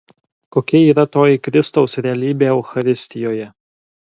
kokia yra toji kristaus realybė eucharistijoje